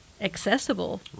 accessible